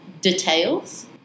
Details